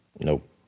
Nope